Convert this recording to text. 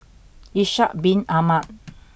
Ishak bin Ahmad